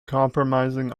comprising